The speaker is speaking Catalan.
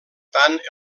tant